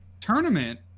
tournament